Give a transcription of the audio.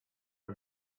are